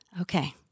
Okay